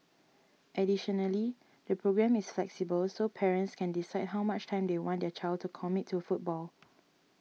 additionally the programme is flexible so parents can decide how much time they want their child to commit to football